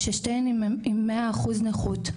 ששתיהן עם מאה אחוז נכות,